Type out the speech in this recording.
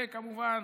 וכמובן